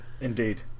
Indeed